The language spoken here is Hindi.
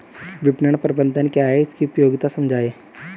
विपणन प्रबंधन क्या है इसकी उपयोगिता समझाइए?